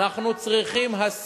עד 3,000 או 3,000?